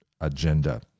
agenda